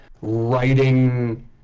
writing